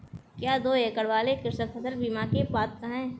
क्या दो एकड़ वाले कृषक फसल बीमा के पात्र हैं?